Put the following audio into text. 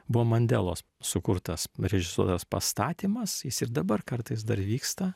buvo mandelos sukurtas režisuotas pastatymas jis ir dabar kartais dar vyksta